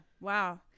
wow